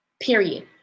Period